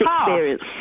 experience